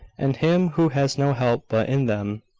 and him who has no help but in them.